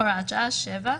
הוראת שעה 7,